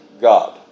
God